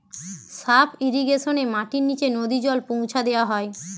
sub ইর্রিগেশনে মাটির নিচে নদী জল পৌঁছা দেওয়া হয়